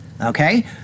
Okay